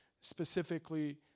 specifically